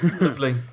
lovely